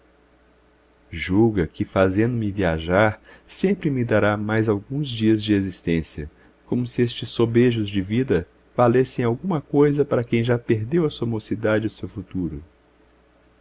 julga que fazendo-me viajar sempre me dará mais alguns dias de existência como se estes sobejos de vida valessem alguma coisa para quem já perdeu a sua mocidade e o seu futuro